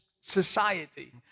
society